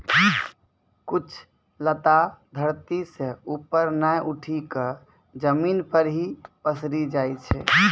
कुछ लता धरती सं ऊपर नाय उठी क जमीन पर हीं पसरी जाय छै